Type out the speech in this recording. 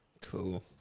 Cool